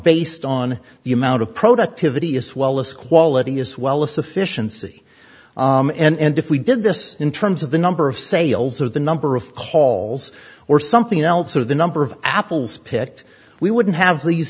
based on the amount of productivity as well as quality as well as sufficiency and if we did this in terms of the number of sales or the number of calls or something else or the number of apples picked we wouldn't have these